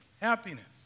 Happiness